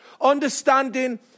understanding